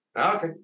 Okay